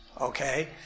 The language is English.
okay